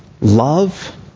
love